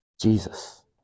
Jesus